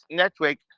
network